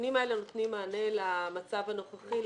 התיקונים האלה נותנים מענה למצב הנוכחי,